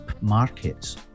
markets